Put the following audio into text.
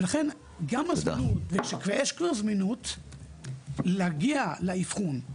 ולכן גם הזמינות, כשיש כבר זמינות, להגיע לאבחון.